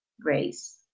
grace